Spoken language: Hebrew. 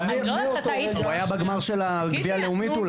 הוא היה בגמר של גביע הלאומית.